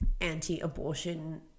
anti-abortion